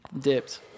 dipped